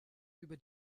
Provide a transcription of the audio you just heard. über